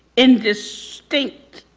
indistinct.